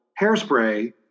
Hairspray